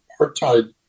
apartheid